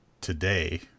today